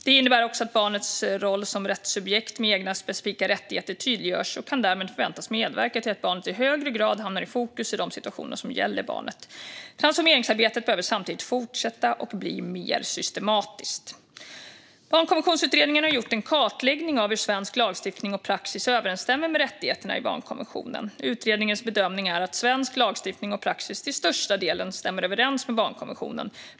Det innebär också att barnets roll som rättssubjekt med egna specifika rättigheter tydliggörs och kan därmed förväntas medverka till att barnet i högre grad hamnar i fokus i de situationer som gäller barnet. Transformeringsarbetet behöver samtidigt fortsätta och bli mer systematiskt. Barnkonventionsutredningen har gjort en kartläggning av hur svensk lagstiftning och praxis överensstämmer med rättigheterna i barnkonventionen. Utredningens bedömning är att svensk lagstiftning och praxis till största delen stämmer överens med barnkonventionen.